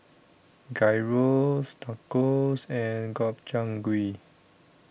Gyros Tacos and Gobchang Gui